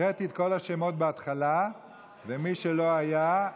הקראתי את כל השמות בהתחלה, ומי שלא היה,